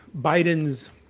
Biden's